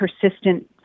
persistent